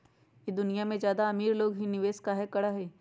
ई दुनिया में ज्यादा अमीर लोग ही निवेस काहे करई?